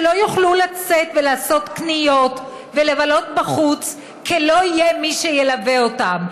שלא יוכלו לצאת ולעשות קניות ולבלות בחוץ כי לא יהיה מי שילווה אותם.